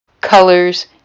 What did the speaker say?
colors